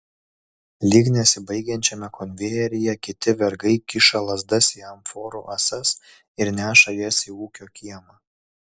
lyg nesibaigiančiame konvejeryje kiti vergai kiša lazdas į amforų ąsas ir neša jas į ūkio kiemą